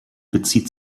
bezieht